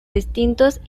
distintos